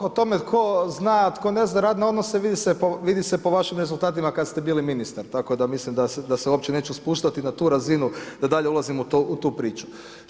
Prvo o tome tko zna, tko ne zna radne odnose vidi se po vašim rezultatima kada ste bili ministar, tako da mislim da se uopće neću spuštati na tu razinu da dalje ulazim u tu priču.